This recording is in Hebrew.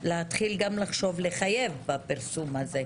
להתחיל לחשוב לחייב בפרסום הזה.